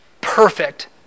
perfect